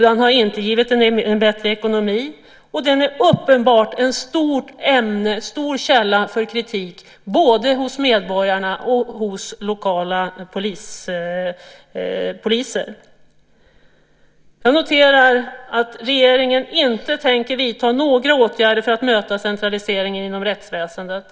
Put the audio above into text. Den har inte givit bättre ekonomi och är uppenbart en stor källa till kritik både från medborgarna och från lokala poliser. Jag noterar att regeringen inte tänker vidta några åtgärder för att möta centraliseringen inom rättsväsendet.